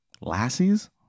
lassies